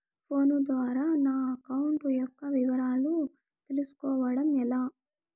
Phone ద్వారా నా account యొక్క వివరాలు తెలుస్కోవడం ఎలా?